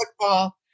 football